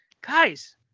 guys